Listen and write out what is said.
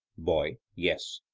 boy yes.